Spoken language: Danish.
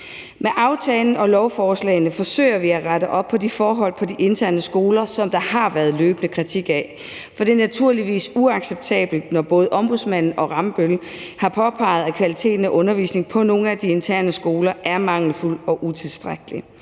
Med aftalen og lovforslagene forsøger vi at rette op på de forhold på de interne skoler, som der har været løbende kritik af, for det er naturligvis uacceptabelt, at både Ombudsmanden og Rambøll har påpeget, at kvaliteten af undervisningen på nogle af de interne skoler er mangelfuld og utilstrækkelig,